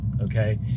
Okay